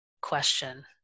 question